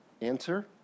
Answer